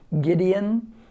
Gideon